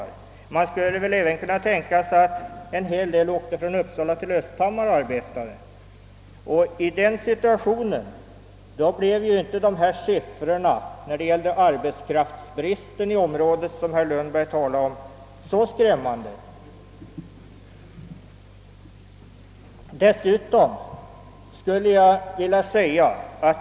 Om man kunde uppnå en sådan situation att arbetare åkte från Uppsala till Östhammar skulle siffrorna beträffande arbetskraftsbristen inte bli så stora.